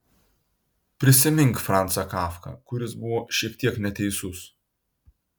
prisimink francą kafką kuris buvo šiek tiek neteisus